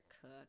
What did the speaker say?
cook